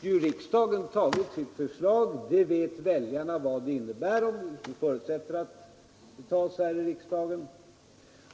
riksdagen tagit sitt förslag — om vi förutsätter att förslaget godkänns här i kammaren — och väljarna vet vad det innebär.